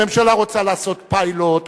הממשלה רוצה לעשות פיילוט,